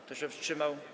Kto się wstrzymał?